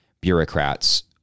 bureaucrats